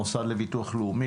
המוסד לביטוח לאומי,